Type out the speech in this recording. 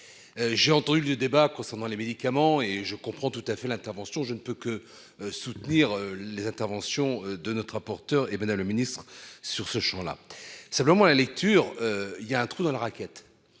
J'ai entendu le débat concernant les médicaments, et je comprends tout à fait l'intervention. Je ne peux que soutenir les interventions de notre rapporteur et Madame le Ministre sur ce Champ là simplement la lecture, il y a un trou dans la raquette.